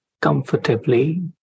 comfortably